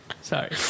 Sorry